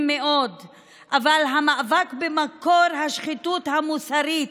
מאוד אבל המאבק במקור השחיתות המוסרית,